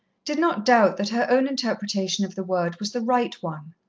did not doubt that her own interpretation of the word was the right one.